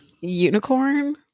unicorn